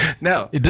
No